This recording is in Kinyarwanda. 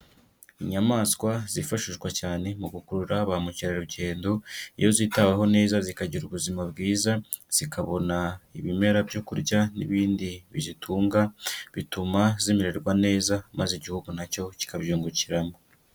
Inyamaswa zifashishwa cyane mu gukurura ba mukerarugendo, iyo zitaweho neza zikagira ubuzima bwiza, zikabona ibimera byo kurya, n'ibindi bizitunga, bituma zimererwa neza maze n igihugu nacyo cyikabyungukiramo.